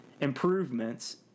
improvements